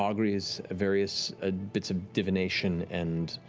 auguries, various ah bits of divination, and